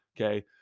Okay